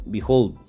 Behold